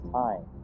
time